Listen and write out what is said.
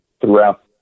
throughout